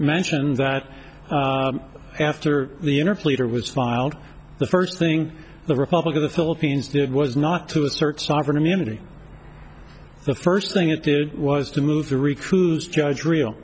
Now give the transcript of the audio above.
mention that after the inner pleader was filed the first thing the republican the philippines did was not to assert sovereign immunity the first thing it did was to move the recruits judge rio